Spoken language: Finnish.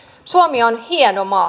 suomi on hieno maa